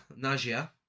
Najia